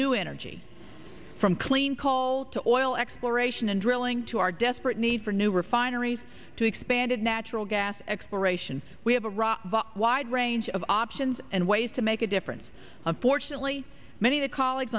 new energy from clean coal to oil exploration and drilling to our desperate need for new refineries to expanded natural gas exploration we have a raw wide range of options and ways to make a difference unfortunately many of the colleagues